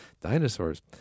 dinosaurs